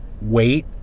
weight